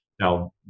Now